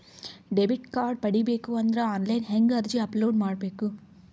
Debit card ಪಡಿಬೇಕು ಅಂದ್ರ online ಹೆಂಗ್ ಅರ್ಜಿ ಅಪಲೊಡ ಮಾಡಬೇಕು?